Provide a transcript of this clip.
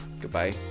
goodbye